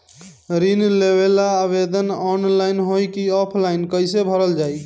ऋण लेवेला आवेदन ऑनलाइन होई की ऑफलाइन कइसे भरल जाई?